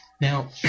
Now